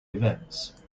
events